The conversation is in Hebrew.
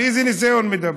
על איזה ניסיון מדברים?